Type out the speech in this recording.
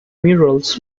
murals